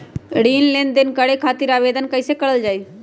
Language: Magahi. ऋण लेनदेन करे खातीर आवेदन कइसे करल जाई?